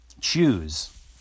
choose